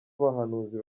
abahanuzi